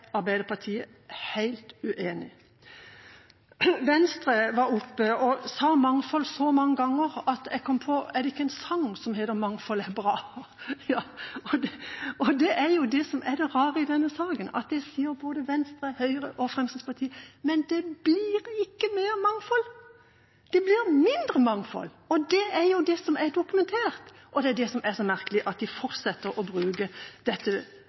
Arbeiderpartiet helt uenig. Venstre var oppe og sa «mangfold» så mange ganger at jeg kom på: Er det ikke en sang som heter «mangfold er bra»? Det er det som er det rare i denne saken, at det sier både Venstre, Høyre og Fremskrittspartiet, men det blir ikke mer mangfold, det blir mindre mangfold. Og det er jo det som er dokumentert, og det er det som er så merkelig: at de fortsetter å bruke dette